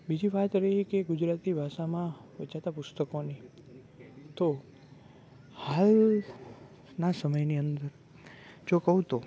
બીજી વાત એવી કે ગુજરાતી ભાષામાં વેચાતા પુસ્તકોની તો હાલના સમયની અંદર જો કહું તો